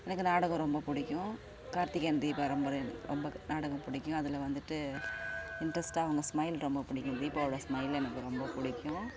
எனக்கு நாடகம் ரொம்ப பிடிக்கும் கார்த்திக்கேயன் தீபாரம் ரொம்ப நாடகம் பிடிக்கும் அதில் வந்துவிட்டு இன்ட்ரஸ்ட்டாக அவங்க ஸ்மைல் ரொம்ப பிடிக்கும் தீபாவோட ஸ்மைல் எனக்கு ரொம்ப பிடிக்கும்